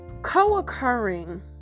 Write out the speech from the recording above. co-occurring